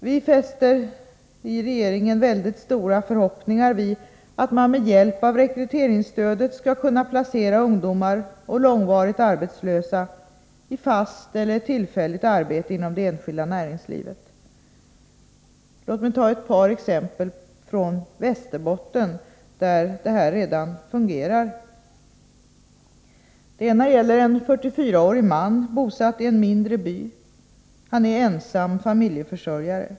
Regeringen fäster mycket stora förhoppningar vid att med hjälp av rekryteringsstödet kunna placera ungdomar och långvarigt arbetslösa i fast eller tillfälligt arbete inom det enskilda näringslivet. Låt mig ta ett par exempel från Västerbotten där det här redan fungerar. Det ena gäller en 44-årig man, bosatt i en mindre by. Han är ensam familjeförsörjare.